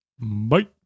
Bye